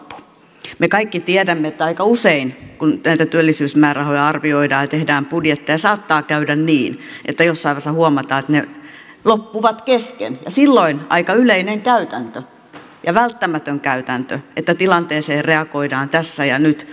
me kaikki tiedämme että aika usein kun näitä työllisyysmäärärahoja arvioidaan ja tehdään budjetteja saattaa käydä niin että jossain vaiheessa huomataan että ne loppuvat kesken ja silloin on aika yleinen ja välttämätön käytäntö että tilanteeseen reagoidaan tässä ja nyt